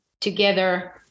together